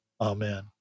Amen